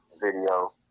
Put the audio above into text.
video